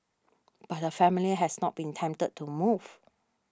but her family has not been tempted to move